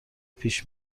پیش